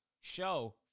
show